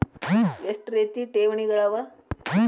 ಎಷ್ಟ ರೇತಿ ಠೇವಣಿಗಳ ಅವ?